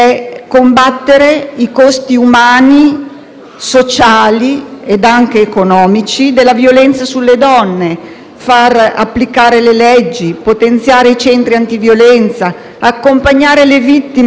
sociali ed anche economici della violenza sulle donne; far applicare le leggi, potenziare i centri antiviolenza, accompagnare le vittime verso percorsi di autostima e coraggio.